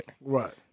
Right